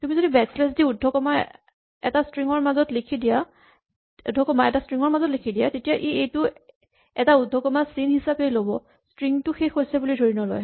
তুমি যদি backslash দি উদ্ধকমা এটা ষ্ট্ৰিং ৰ মাজত লিখি দিয়া তেতিয়া ই এইটো এটা এটা উদ্ধকমা চিন হিচাপেই ল'ব ষ্ট্ৰিং টো শেষ হৈছে বুলি ধৰি নলয়